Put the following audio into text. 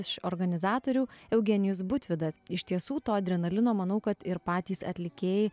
iš organizatorių eugenijus butvydas iš tiesų to adrenalino manau kad ir patys atlikėjai